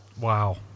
Wow